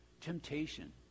Temptation